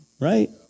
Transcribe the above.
Right